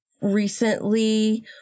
recently